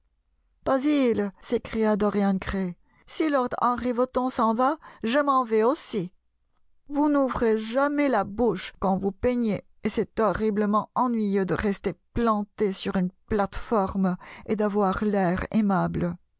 basil s'écria dorian gray si lord henry wotton s'en va je m'en vais aussi vous n'ouvrez jamais la bouche quand vous peignez et c'est horriblement ennuyeux de rester planté sur une plate-forme et d'avoir l'air aimable